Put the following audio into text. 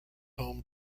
home